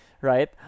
right